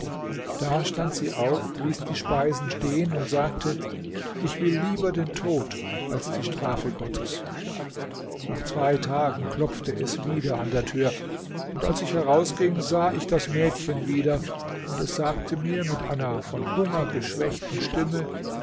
da stand sie auf ließ die speisen stehen und sagte ich will lieber den tod als die strafe gottes nach zwei tagen klopfte es wieder an der tür und als ich herausging sah ich das mädchen wieder und es sagte mir mit einer von hunger geschwächten stimme